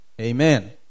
Amen